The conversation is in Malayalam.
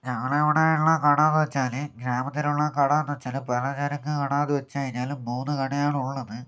ഞങ്ങൾ ഇവിടെ ഉള്ള കടയെന്നു വച്ചാൽ ഗ്രാമത്തിലുള്ള കടയെന്നു വച്ചാൽ പലചരക്ക് കട എന്ന് വച്ചു കഴിഞ്ഞാൽ മൂന്ന് കടയാണ് ഉള്ളത്